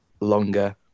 longer